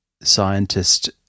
scientist